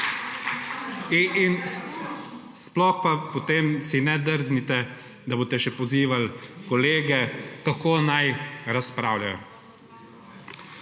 Sploh pa potem si ne drznite, da boste še pozivali kolege, kako naj razpravljajo.